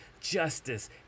justice